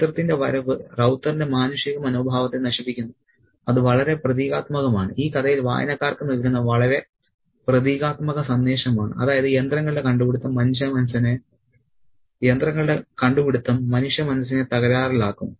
യന്ത്രത്തിന്റെ വരവ് റൌത്തറിന്റെ മാനുഷിക മനോഭാവത്തെ നശിപ്പിക്കുന്നു അത് വളരെ പ്രതീകാത്മകമാണ് ഈ കഥ വായനക്കാർക്ക് നൽകുന്ന വളരെ പ്രതീകാത്മക സന്ദേശമാണ് അതായത് യന്ത്രങ്ങളുടെ കണ്ടുപിടിത്തം മനുഷ്യമനസ്സിനെ തകരാറിലാക്കും